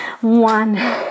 one